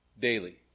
daily